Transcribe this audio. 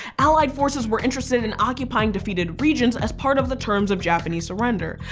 allied forces were interested in occupying defeated regions as part of the terms of japanese surrender.